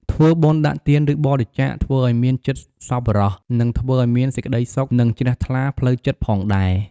ធ្វើបុណ្យ ដាក់ទាន ឬ បរិច្ចាគ ធ្វើអោយមានចិត្តសប្បុរសនឹងធ្វើអោយមានសេចក្តីសុខនិងជ្រះថ្លាផ្លូវចិត្តផងដែរ។